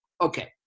Okay